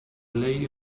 lay